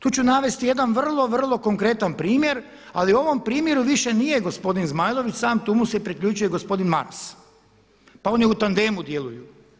Tu ću navesti jedan vrlo, vrlo konkretan primjer ali u ovom primjeru više nije gospodin Zmajlović sam, tu mu se priključuje i gospodin Maras pa oni u tandemu djeluju.